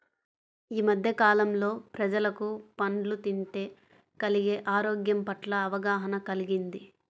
యీ మద్దె కాలంలో ప్రజలకు పండ్లు తింటే కలిగే ఆరోగ్యం పట్ల అవగాహన కల్గింది